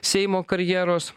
seimo karjeros